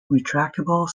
retractable